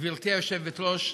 גברתי היושבת-ראש,